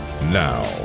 now